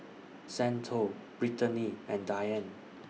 Santo Brittany and Diane